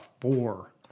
four